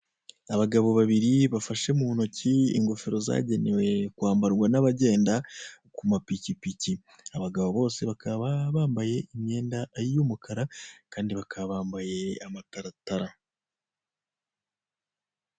Abagabo babiri, bafashe mu ntoki ingofero zagenewe kwambarwa n'abagenda ku mapikipiki. Abagabo bose bakaba bambaye imyenda y'umukara, kandi bakaba bambaye amataratara.